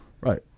Right